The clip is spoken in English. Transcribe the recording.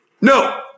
no